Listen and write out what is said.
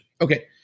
Okay